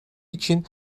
için